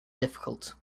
difficult